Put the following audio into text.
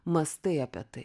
mąstai apie tai